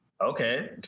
Okay